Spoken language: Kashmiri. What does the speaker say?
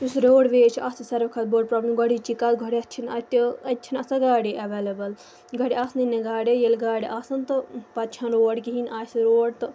یُس روڈ ویز چھِ اَتھ چھِ سارویو کھۄتہٕ بٔڑ پرٛابلِم گۄڈٕچی کَتھ گۄڈنٮ۪تھ چھِنہٕ اَتہِ اَتہِ چھِنہٕ آسان گاڑے اٮ۪ویلبٕل گۄڈٕ آسنَے نہٕ گاڑے ییٚلہِ گاڑِ آسَن تہٕ پَتہٕ چھَنہٕ روڈ کِہیٖنۍ آسہِ روڈ تہٕ